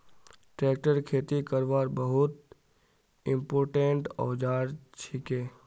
tractor खेती करवार बहुत इंपोर्टेंट औजार छिके